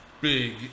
big